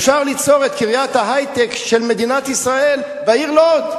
אפשר ליצור את קריית ההיי-טק של מדינת ישראל בעיר לוד.